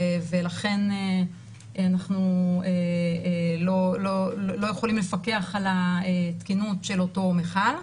ולכן אנחנו לא יכולים לפקח על התקינות של אותו מכל.